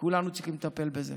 כולנו צריכים לטפל בזה.